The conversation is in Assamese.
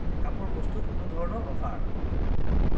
মেক আপৰ বস্তুত কোনো ধৰণৰ অফাৰ